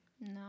No